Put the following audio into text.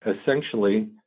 essentially